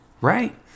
Right